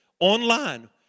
Online